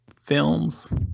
films